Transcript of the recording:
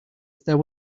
there